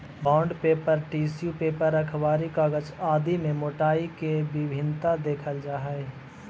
bond paper, tissue paper, अखबारी कागज आदि में मोटाई के भिन्नता देखल जा हई